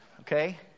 Okay